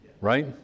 right